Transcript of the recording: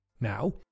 Now